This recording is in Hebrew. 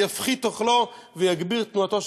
יפחית אוכלו ויגביר תנועתו,